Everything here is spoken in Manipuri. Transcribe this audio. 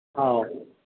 ꯑꯧ